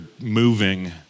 moving